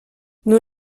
nous